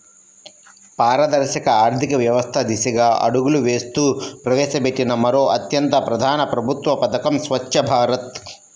పారదర్శక ఆర్థిక వ్యవస్థ దిశగా అడుగులు వేస్తూ ప్రవేశపెట్టిన మరో అత్యంత ప్రధాన ప్రభుత్వ పథకం స్వఛ్చ భారత్